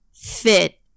fit